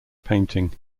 painting